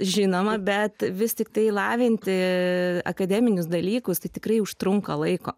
žinoma bet vis tiktai lavinti akademinius dalykus tai tikrai užtrunka laiko